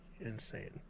insane